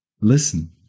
listen